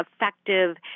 effective